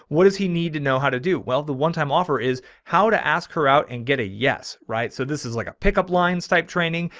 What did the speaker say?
what does he need to know how to do? well? the one time offer is. how to ask her out and get a yes. right? so this is like a pickup mine's type training.